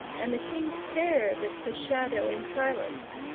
and the king stared at the shadow in silence,